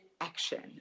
action